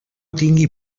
tingui